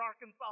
Arkansas